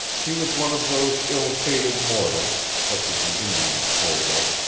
he was one of those ill-fated mortals, such as the indians told of,